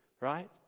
right